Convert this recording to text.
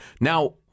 Now